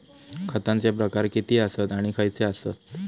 खतांचे प्रकार किती आसत आणि खैचे आसत?